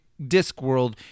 Discworld